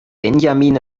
benjamin